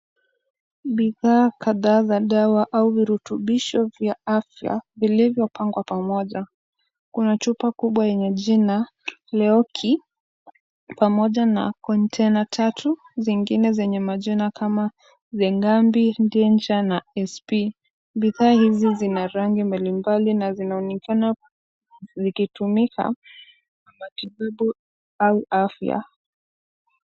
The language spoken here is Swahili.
Bidhaa kadhaa za dawa au virutubisho vya afya vilivyopangwa pamoja. Kuna chupa kubwa yenye jina Low key pamoja na kontena tatu zingine zenye majina kama Zingambi, Ndinja na SP. Bidhaa hizi zina rangi mbalimbali na zinaonekana zikitumika kwa matibabu au afya.